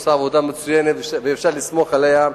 עושה עבודה מצוינת ואפשר לסמוך עליה,